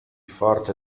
forte